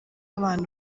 abantu